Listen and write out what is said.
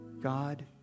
God